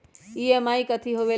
EMI कथी होवेले?